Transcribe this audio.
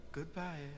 Goodbye